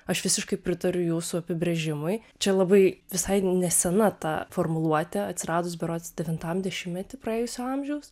aš visiškai pritariu jūsų apibrėžimui čia labai visai nesena ta formuluotė atsiradus berods devintam dešimtmety praėjusio amžiaus